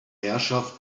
herrschaft